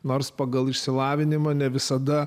nors pagal išsilavinimą ne visada